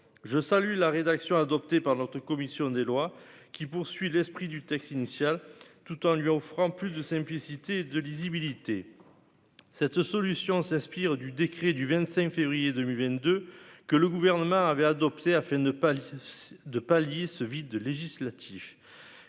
je salue la rédaction adoptée par notre commission des lois, qui poursuit l'esprit du texte initial, tout en lui offrant plus de simplicité, de lisibilité, cette solution s'inspire du décret du 25 février 2022, que le gouvernement avait adopté afin de ne pas de pallier ce vide législatif,